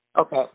Okay